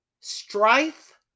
strife